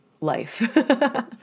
life